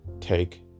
take